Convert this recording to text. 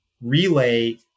relay